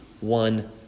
one